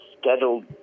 scheduled